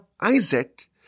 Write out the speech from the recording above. Isaac